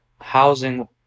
housing